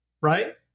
right